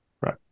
Right